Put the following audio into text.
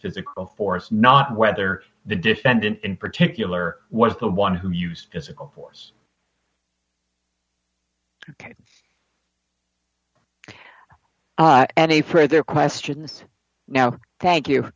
physical force not whether the defendant in particular was the one who use physical force and a phrase their questions now thank you